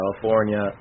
California